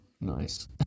Nice